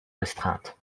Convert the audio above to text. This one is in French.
restreinte